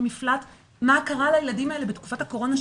מפלט-אז מה קרה לילדים האלה בתקופת הקורונה,